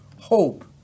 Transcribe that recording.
hope